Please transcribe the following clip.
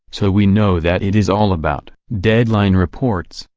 so we know that it is all about. deadline reports,